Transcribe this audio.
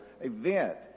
event